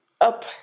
Up